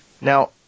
Now